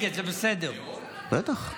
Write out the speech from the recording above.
בטח,